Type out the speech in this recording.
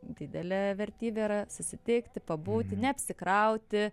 didelė vertybė yra susitikti pabūti neapsikrauti